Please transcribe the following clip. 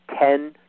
ten